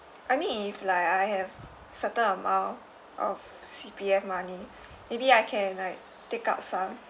I mean if like I have certain amount of C_P_F money maybe I can like take out some